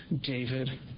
David